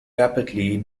rapidly